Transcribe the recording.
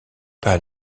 par